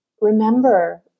remember